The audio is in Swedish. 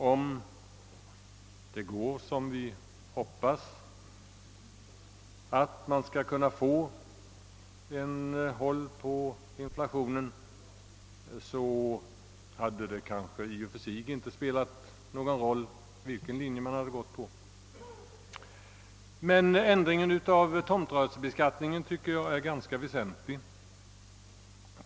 Om det går som vi hoppas, nämligen att man skall kunna få håll på inflationen, så hade det i och för sig inte spelat någon roll vilken linje man hade gått in för. Men ändringen av tomtrörelsebeskattningen tycker jag är väsentlig.